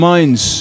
Minds